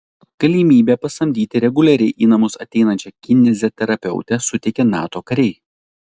galimybę pasamdyti reguliariai į namus ateinančią kineziterapeutę suteikė nato kariai